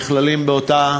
נכללים באותה